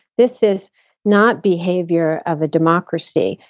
this is not behavior of a democracy.